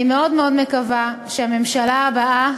אני מאוד מאוד מקווה שהממשלה הבאה